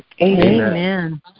Amen